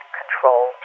control